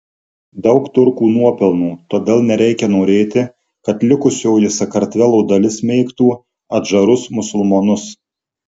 daug turkų nuopelnų todėl nereikia norėti kad likusioji sakartvelo dalis mėgtų adžarus musulmonus